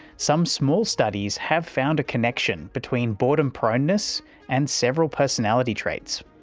some small studies have found a connection between boredom proneness and several personality traits.